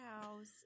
house